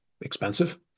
expensive